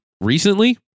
recently